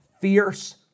fierce